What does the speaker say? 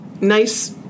nice